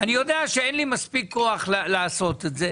אני יודע שאין לי מספיק כוח לעשות את זה.